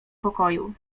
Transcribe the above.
pokoju